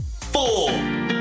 Four